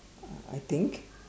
ah I think